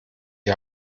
die